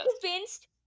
convinced